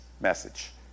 message